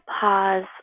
pause